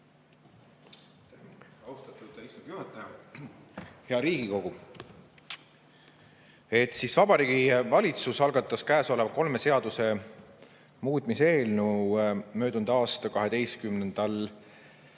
Hea Riigikogu! Vabariigi Valitsus algatas käesoleva kolme seaduse muutmise eelnõu möödunud aasta 12.